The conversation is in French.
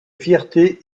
fierté